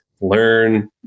learn